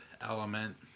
element